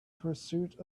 pursuit